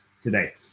today